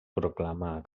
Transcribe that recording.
proclamà